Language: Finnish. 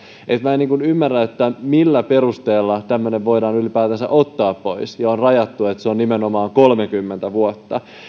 peruste minä en ymmärrä millä perusteella tämmöinen voidaan ylipäätänsä ottaa pois ja on rajattu että se on nimenomaan kolmekymmentä vuotta